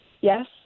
Yes